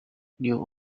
new